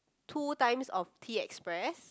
two times of Tea Express